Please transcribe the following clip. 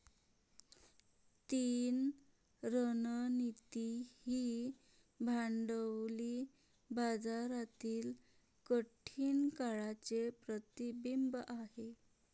लीन रणनीती ही भांडवली बाजारातील कठीण काळाचे प्रतिबिंब आहे